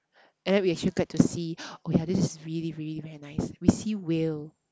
and then we actually get to see oh yeah this is really really very nice we see whale